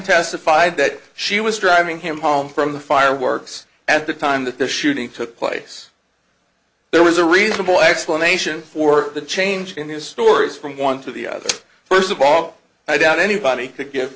testified that she was driving him home from the fireworks at the time that the shooting took place there was a reasonable explanation for the change in their stories from one to the other first of all i doubt anybody could give